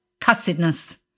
cussedness